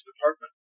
department